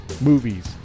movies